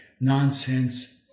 nonsense